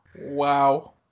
wow